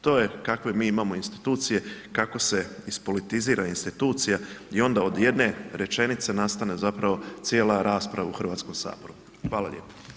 To je kakve mi imamo institucije i kako se ispolitizira institucija i onda od jedne rečenice nastane zapravo cijela rasprava u Hrvatskom saboru, hvala lijepo.